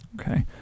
Okay